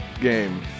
game